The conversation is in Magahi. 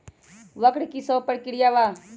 वक्र कि शव प्रकिया वा?